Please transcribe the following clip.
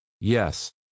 Yes